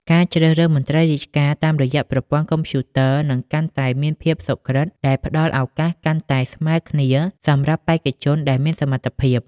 ការជ្រើសរើសមន្ត្រីរាជការតាមរយៈប្រព័ន្ធកុំព្យូទ័រនឹងកាន់តែមានភាពសុក្រឹត ដែលផ្តល់ឱកាសកាន់តែស្មើគ្នាសម្រាប់បេក្ខជនដែលមានសមត្ថភាព។